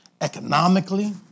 economically